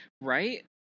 Right